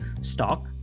stock